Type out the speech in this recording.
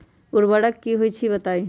उर्वरक की होई छई बताई?